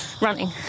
running